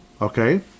okay